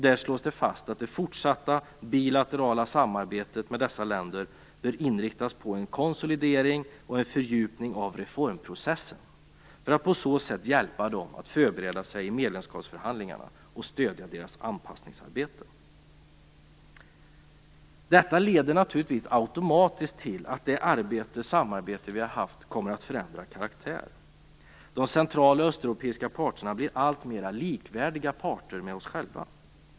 Där slås det fast att det fortsatta bilaterala samarbetet med dessa länder bör inriktas på en konsolidering och en fördjupning av reformprocessen för att man på så sätt skall kunna hjälpa länderna att förbereda sig för medlemskapsförhandlingarna och stödja deras anpassningsarbete. Detta leder naturligtvis automatiskt till att det samarbete som vi har haft kommer att förändra karaktär. De central och östeuropeiska parterna blir alltmera likvärdiga oss själva.